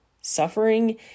suffering